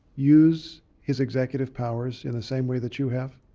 use his executive powers in the same way that you have?